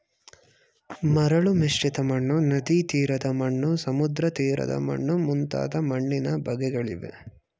ಮರಳು ಮಿಶ್ರಿತ ಮಣ್ಣು, ನದಿತೀರದ ಮಣ್ಣು, ಸಮುದ್ರತೀರದ ಮಣ್ಣು ಮುಂತಾದ ಮಣ್ಣಿನ ಬಗೆಗಳಿವೆ